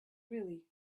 really